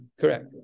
Correct